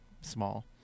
small